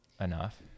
enough